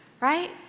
right